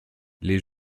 les